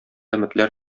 өметләр